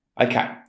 Okay